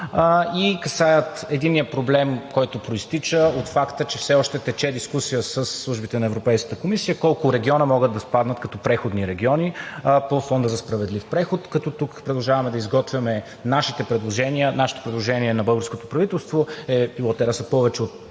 и касаят единия проблем, който произтича от факта, че все още тече дискусия със службите на Европейската комисия колко региона могат да спаднат като преходни региони по Фонда за справедлив преход, като тук продължаваме да изготвяме нашите предложения. Предложението на българското правителство е те да са повече от